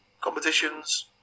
competitions